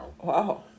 Wow